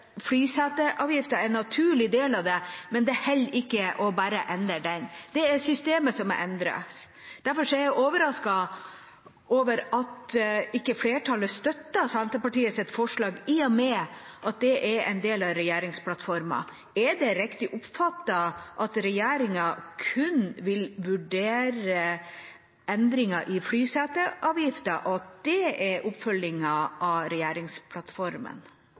er flyseteavgiften en naturlig del av det, men det holder ikke bare å endre den. Det er systemet som må endres. Derfor er jeg overrasket over at ikke flertallet støtter Senterpartiets forslag, i og med at det er en del av regjeringsplattformen. Er det riktig oppfattet at regjeringa kun vil vurdere endringer i flyseteavgiften, og at det er oppfølgingen av regjeringsplattformen?